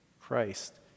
Christ